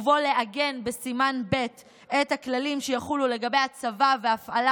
ובו לעגן בסימן ב' את הכללים שיחולו לגבי הצבה והפעלה